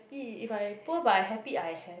if I pour by happy I have